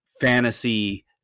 fantasy